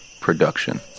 Production